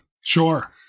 Sure